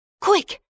Quick